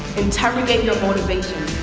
interrogate your motivation,